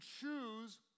choose